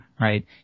right